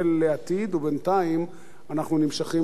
ובינתיים אנחנו נמשכים לעבר,